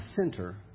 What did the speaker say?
center